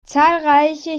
zahlreiche